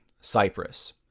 Cyprus